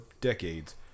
decades